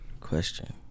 Question